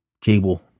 cable